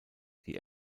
die